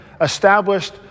established